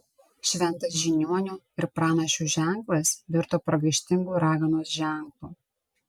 šventas žiniuonių ir pranašių ženklas virto pragaištingu raganos ženklu